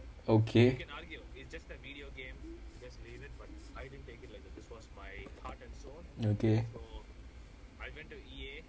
okay okay